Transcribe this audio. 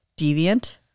deviant